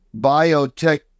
biotech